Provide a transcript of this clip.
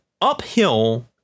uphill